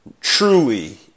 truly